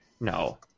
No